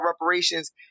reparations